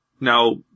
Now